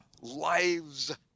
Lives